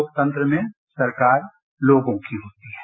लोकतंत्र में सरकार लोगों की होती है